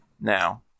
now